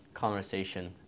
conversation